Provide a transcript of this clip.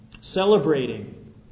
Celebrating